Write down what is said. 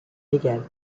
légale